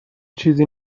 چیزی